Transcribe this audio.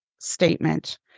statement